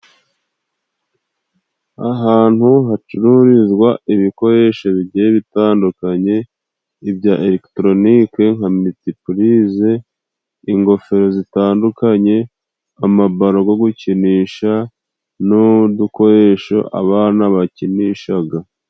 Ahantu hacururizwa ibikoresho bigiye bitandukanye ibya eregitoronike nka miritipurize, ingofero zitandukanye, amabaro go gukinisha n'udukoresho abana bakinishaga.